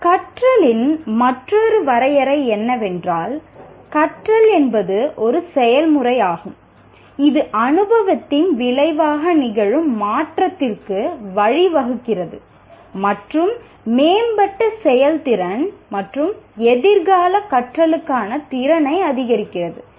கற்றலின் மற்றொரு வரையறை என்னவென்றால் "கற்றல் என்பது ஒரு செயல்முறையாகும் இது அனுபவத்தின் விளைவாக நிகழும் மாற்றத்திற்கு வழிவகுக்கிறது மற்றும் மேம்பட்ட செயல்திறன் மற்றும் எதிர்கால கற்றலுக்கான திறனை அதிகரிக்கிறது"